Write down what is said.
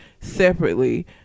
separately